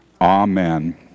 Amen